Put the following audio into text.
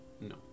No